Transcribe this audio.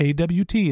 AWT